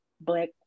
Black